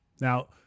Now